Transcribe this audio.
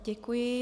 Děkuji.